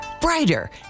brighter